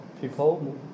people